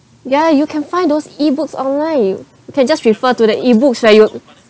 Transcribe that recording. ya you can find those e-books online you can just refer to the e-books right you